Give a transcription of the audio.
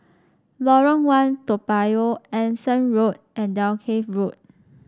Lorong One Toa Payoh Anson Road and Dalkeith Road